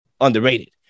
underrated